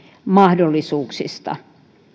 mahdollisuuksista